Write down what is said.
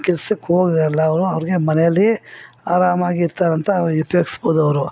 ಕೆಲಸಕ್ಕೋಗ್ದೇ ಅಲಾ ಅವರು ಅವರಿಗೆ ಮನೆಯಲ್ಲಿ ಆರಾಮಾಗಿರ್ತಾರಂತ ಉಪ್ಯೋಗಿಸ್ಬೌದು ಅವರು